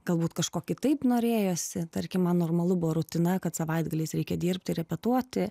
galbūt kažko kitaip norėjosi tarkim man normalu buvo rutina kad savaitgaliais reikia dirbti repetuoti